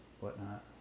whatnot